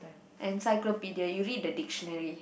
encyclopedia you read the dictionary